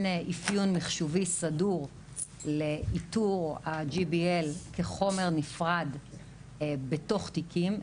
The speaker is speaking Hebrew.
אפיון מחשובי סדור לאיתור ה-GBL כחומר נפרד בתוך תיקים,